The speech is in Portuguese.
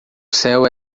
céu